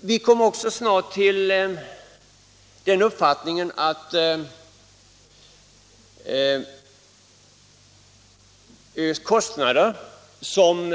Vi kom också snart till den uppfattningen att kostnader som